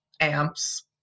amps